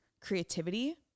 creativity